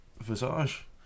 visage